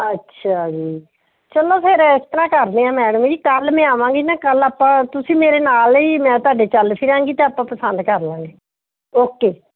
ਅੱਛਾ ਜੀ ਚਲੋ ਫਿਰ ਇਸ ਤਰ੍ਹਾਂ ਕਰਦੇ ਹਾਂ ਮੈਡਮ ਜੀ ਕੱਲ੍ਹ ਮੈਂ ਆਵਾਂਗੀ ਨਾ ਕੱਲ ਆਪਾਂ ਤੁਸੀਂ ਮੇਰੇ ਨਾਲ ਹੀ ਮੈਂ ਤੁਹਾਡੇ ਚੱਲ ਫਿਰਾਂਗੀ ਤਾਂ ਆਪਾਂ ਪਸੰਦ ਕਰ ਲਵਾਂਗੇ ਓਕੇ